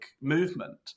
movement